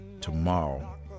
tomorrow